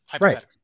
Right